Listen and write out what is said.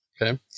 okay